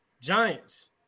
Giants